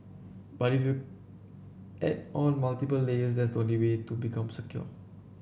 but if you add on multiple layers that's the only way to become secure